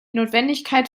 notwendigkeit